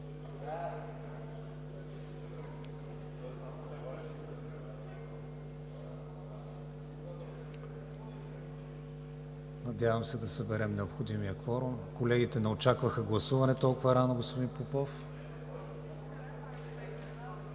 Надявам се да съберем необходимия кворум. Колегите не очакваха гласуване толкова рано, господин Попов.